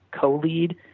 co-lead